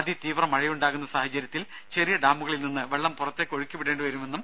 അതി തീവ്രമഴയുണ്ടാകുന്ന സാഹചര്യത്തിൽ ചെറിയ ഡാമുകളിൽ നിന്ന് വെള്ളം പുറത്തേക്ക് ഒഴുക്കി വിടേണ്ടിവരും